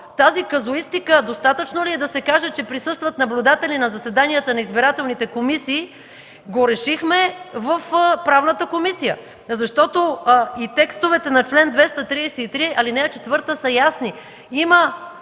тази казуистика – достатъчно ли е да се каже, че присъстват наблюдатели на заседанията на избирателните комисии, го решихме в Правната комисия. Текстовете на чл. 233, ал. 4 са ясни: